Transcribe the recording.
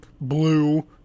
blue